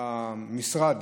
המשרד